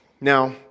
Now